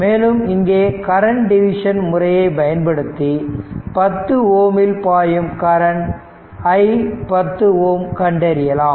மேலும் இங்கே current division முறையை பயன்படுத்தி 10 ஓம்மில் பாயும் கரண்ட் i 10 Ω கண்டறியலாம்